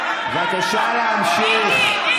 בבקשה להמשיך.